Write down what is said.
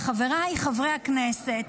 חבריי חברי הכנסת,